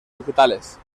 digitales